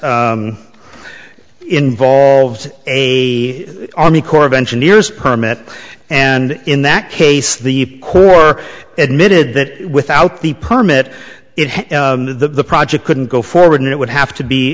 involves a army corps of engineers permit and in that case the corps admitted that without the permit it the project couldn't go forward it would have to be